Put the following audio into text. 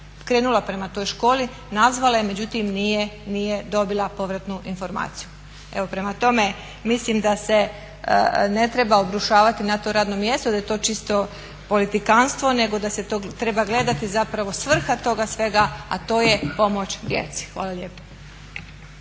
krenula prema toj školi, nazvala je, međutim nije dobila povratnu informaciju. Evo, prema tome mislim da se ne treba obrušavati na to radno mjesto, da je to čisto politikantstvo nego da se to treba gledati zapravo svrha toga svega, a to je pomoć djeci. Hvala lijepo.